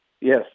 Yes